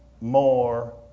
more